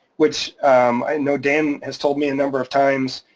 which i know dan has told me a number of times,